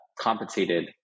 compensated